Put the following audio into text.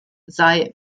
sei